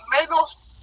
menos